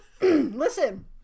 Listen